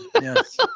Yes